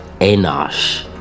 Enosh